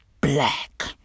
Black